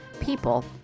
people